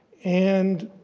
and